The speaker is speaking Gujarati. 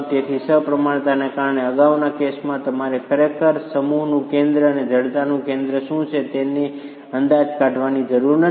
તેથી સમપ્રમાણતાને કારણે અગાઉના કેસોમાં તમારે ખરેખર સમૂહનું કેન્દ્ર અને જડતાનું કેન્દ્ર શું છે તેનો અંદાજ કાઢવાની જરૂર નથી